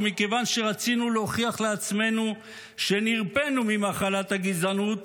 ומכיוון שרצינו להוכיח לעצמנו שנרפאנו ממחלת הגזענות,